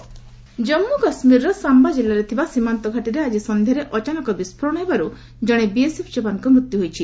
J and K କିଲ୍ ଜାନ୍ମୁ କାଶ୍କୀରର ଶାମ୍ୟା ଜିଲ୍ଲାରେ ଥିବା ସୀମାନ୍ତ ଘାଟିରେ ଆଜି ସନ୍ଧ୍ୟାରେ ଅଚାନକ ବିସ୍କୋରଣ ହେବାରୁ ଜଣେ ବିଏସ୍ଏଫ୍ ଯବାନଙ୍କ ମୃତ୍ୟୁ ହୋଇଛି